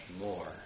more